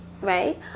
right